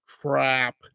crap